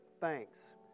thanks